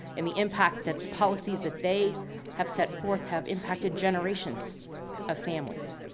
and the impact that the policies that they have set forth have impacted generations of families.